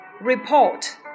report